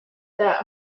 dah